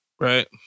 right